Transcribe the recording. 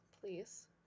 please